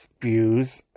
views